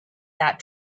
that